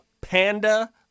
panda